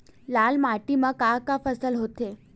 लाल माटी म का का फसल होथे?